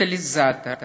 קטליזטור